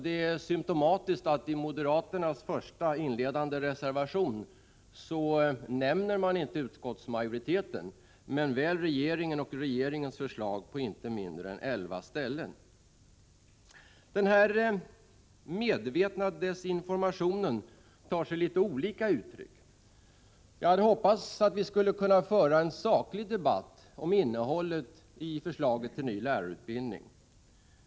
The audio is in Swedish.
Det är symtomatiskt att man i moderaternas inledande reservation inte nämner utskottsmajoriteten men väl regeringen och regeringens förslag på inte mindre än elva ställen. Den här medvetna desinformationen tar sig litet olika uttryck. Jag hade hoppats att vi skulle kunna föra en saklig debatt om innehållet i förslaget till ny lärarutbildning.